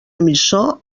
emissor